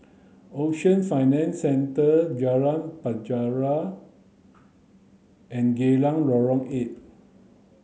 Ocean Financial Centre Jalan Penjara and Geylang Lorong eight